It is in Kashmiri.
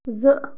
زٕ